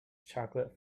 chocolate